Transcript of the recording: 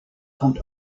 kommt